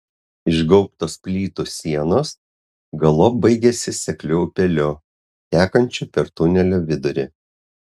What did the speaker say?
išgaubtos plytų sienos galop baigiasi sekliu upeliu tekančiu per tunelio vidurį